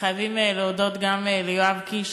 וחייבים להודות גם ליואב קיש,